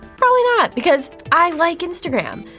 probably not, because i like instagram!